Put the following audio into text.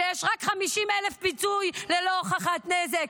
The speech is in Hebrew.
שיש רק 50,000 ש"ח פיצוי ללא הוכחת נזק.